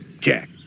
Jack